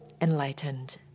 enlightened